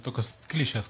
tokios klišės